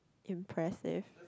impressive